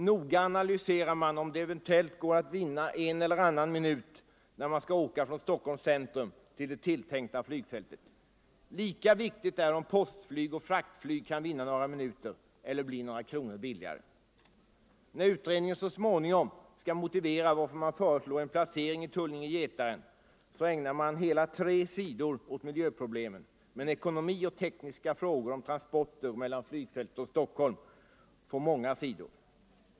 Noga analyserar man om det eventuellt går att vinna en eller annan minut när man skall åka från Stockholms centrum till det tilltänkta flygfältet. Lika viktigt är om postflyg och fraktflyg kan vinna några minuter eller bli några kronor billigare. När utredningen så småningom skall motivera varför man föreslår en placering i Tullinge/Getaren så ägnar man tre sidor åt miljöproblemen. Men ekonomi och tekniska frågor om transporter mellan flygfältet och Stockholm får många sidor.